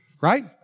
Right